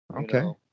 okay